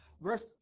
verse